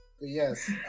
yes